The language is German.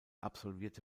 absolvierte